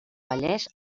vallès